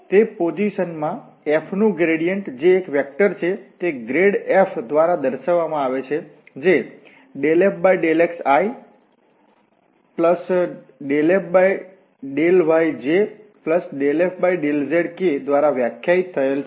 તે પોઝિશન માં f નું ગ્રેડિયેન્ટ જે એક વેક્ટર છે તે gradf દ્વારા દર્શાવવામાં આવે છે જે ∂f∂xi∂f∂yj∂f∂zk દ્વારા વ્યાખ્યાયિત થયેલ છે